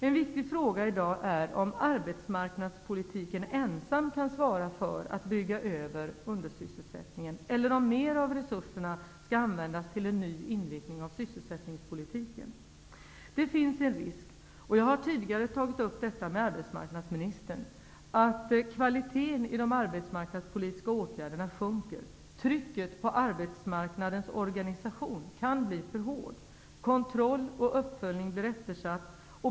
En viktig fråga i dag är om arbetsmarknadspolitiken ensamt kan svara för att brygga över undersysselsättningen, eller om mera av resurserna skall användas till en ny inriktning av sysselsättningspolitiken. Det finns en risk - och jag har tidigare tagit upp detta med arbetsmarknadsministern - att kvaliteten i de arbetsmarknadspolitiska åtgärderna sjunker. Trycket på arbetsmarknadens organisation kan bli för hård. Kontroll och uppföljning blir eftersatt.